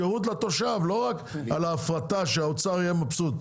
לשירות לתושב ולא רק להפרטה שהאוצר יהיה מרוצה.